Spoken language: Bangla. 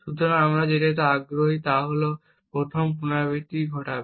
সুতরাং আমরা যেটাতে আগ্রহী তা হল প্রথম পুনরাবৃত্তি ঘটবে